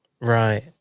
Right